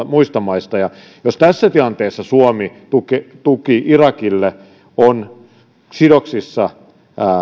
muista maista jos tässä tilanteessa suomen tuki irakille on sidoksissa